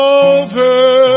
over